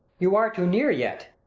you are too near yet.